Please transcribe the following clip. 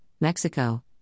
Mexico